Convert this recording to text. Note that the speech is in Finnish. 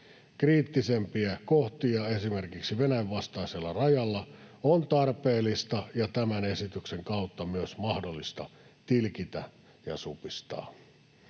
Kriittisempiä kohtia esimerkiksi Venäjän vastaisella rajalla on tarpeellista ja tämän esityksen kautta myös mahdollista tilkitä ja supistaa.